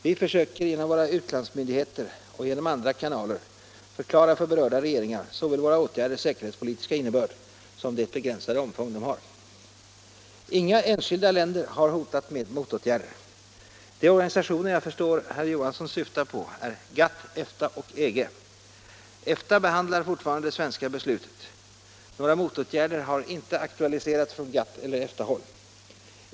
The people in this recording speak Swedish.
Vi försöker genom våra utlandsmyndigheter och genom andra kanaler förklara för berörda regeringar såväl våra åtgärders säkerhetspolitiska innebörd som det begränsade omfång de har. Inga enskilda länder har hotat med motåtgärder. De organisationer jag förstår att herr Johansson syftar på är GATT, EFTA och EG. EFTA behandlar fortfarande det svenska beslutet. Några motåtgärder har inte aktualiserats från GATT eller EFTA håll.